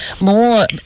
more